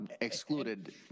excluded